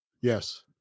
Yes